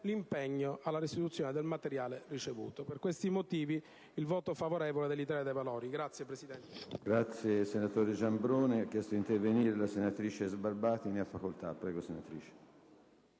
l'impegno alla restituzione del materiale ricevuto. Per questi motivi, il voto del Gruppo dell'Italia dei Valori